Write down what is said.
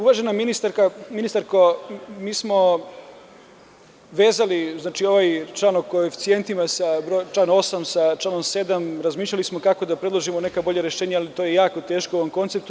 Uvažena ministarko, mi smo vezali ovaj član o koeficijentima, član 8. sa članom 7. Razmišljali smo kako da predložimo neka bolja rešenja, ali to je jako teško u ovom konceptu.